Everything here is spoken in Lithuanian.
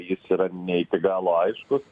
jis yra ne iki galo aiškus